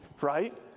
right